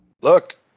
Look